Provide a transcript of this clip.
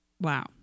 Wow